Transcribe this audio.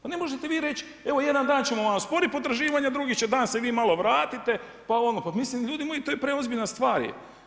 Pa ne možete vi reći evo jedan dan ćemo vam osporiti potraživanja, drugi dan ćete se vi malo vratite, pa mislim ljudi moj, to preozbiljna stvar je.